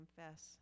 confess